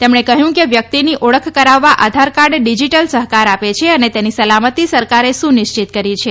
તેમણે કહ્યં કે વ્યક્તિની ઓળખ કરાવવા આધારકાર્ડ ડીજીટલ સહકાર આપે છે અને તેની સલામતી સરકારે સુનિશ્ચિત કરી છે